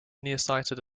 nearsighted